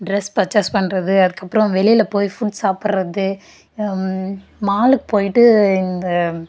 dress purchase பண்ணுறது அதற்கப்றம் வெளியில் போய் ஃபுட் சாப்புடுறது மால்க்கு போயிவிட்டு இந்த